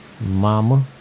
Mama